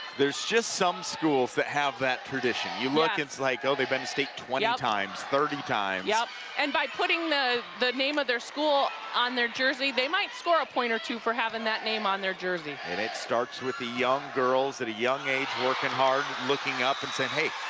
there's just some schools that have that tradition you look, it's like, oh, they'vebeen to state twenty ah times, thirty times. yep and by putting the name of theirschool on their jersey, they might score a point or two for having that name on their jersey. it starts with the young girls at a young age, working hard, looking up and saying, hey,